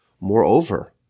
Moreover